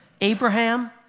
Abraham